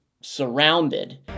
surrounded